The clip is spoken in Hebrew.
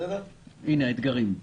הנה האתגרים.